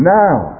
now